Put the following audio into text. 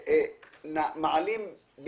שמעלים נוסעים מאחור,